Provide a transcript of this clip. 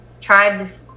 tribes